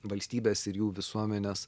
valstybes ir jų visuomenes